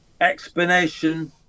explanation